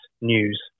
news